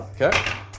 Okay